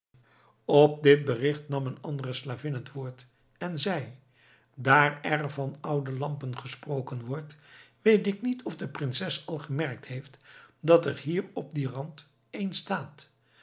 op dit bericht nam een andere slavin het woord en zei daar er van oude lampen gesproken wordt weet ik niet of de prinses al gemerkt heeft dat er hier op dien rand een staat